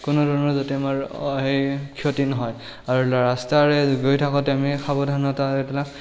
কোনো ধৰণৰ যাতে আমাৰ সেই ক্ষতি নহয় আৰু ৰাস্তাৰে গৈ থাকোঁতে আমি সাৱধানতা এইবিলাক